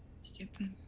Stupid